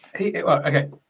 Okay